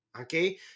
okay